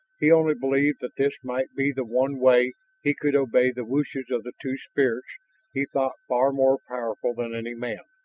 he only believed that this might be the one way he could obey the wishes of the two spirits he thought far more powerful than any man.